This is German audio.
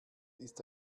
ist